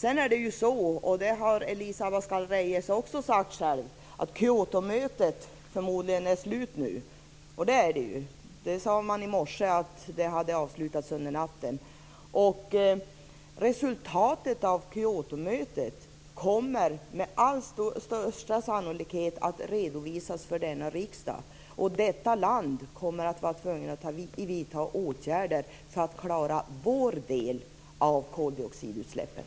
Elisa Abascal Reyes har också sagt att Kyotomötet förmodligen är slut nu. Det är det ju. Man sade i morse att det hade avslutats under natten. Resultatet av Kyotomötet kommer med största sannolikhet att redovisas för denna riksdag. Detta land kommer att vara tvunget att vidta åtgärder för att klara vår minskning av koldioxidutsläppen.